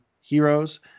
heroes